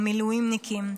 המילואימניקים,